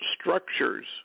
structures